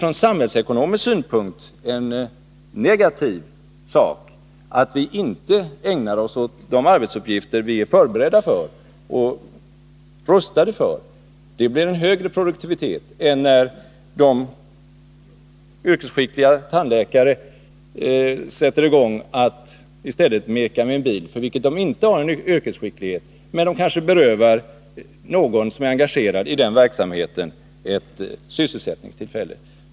Från samhällsekonomisk synpunkt är det negativt att vi inte ägnar oss åt de arbetsuppgifter vi är förberedda och rustade för. Att exempelvis yrkesskickliga tandläkare arbetar med det som de är utbildade för leder till en högre produktivitet än om de i stället mekar med bilar, för vilket de inte har någon yrkesskicklighet. De kanske dessutom berövar någon som är engagerad i den verksamheten ett sysselsättningstillfälle.